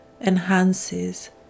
enhances